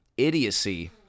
Idiocy